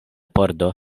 pordo